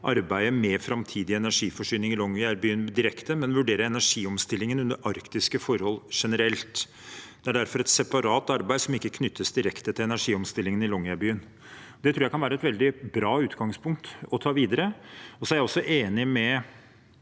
arbeidet med framtidig energiforsyning i Longyearbyen direkte, men vurdere energiomstillingen under arktiske forhold generelt. Det er derfor et separat arbeid som ikke knyttes direkte til energiomstillingen i Longyearbyen. Det tror jeg kan være et veldig bra utgangspunkt å ta videre. Jeg er også enig med